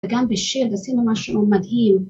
וגם בשיר, עשינו משהו מדהים.